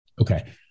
Okay